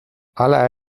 hala